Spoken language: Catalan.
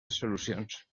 solucions